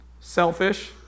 selfish